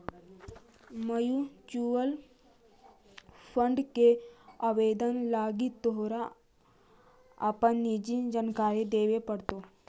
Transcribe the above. mutual fund के आवेदन लागी तोरा अपन निजी जानकारी देबे पड़तो